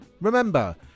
Remember